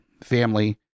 family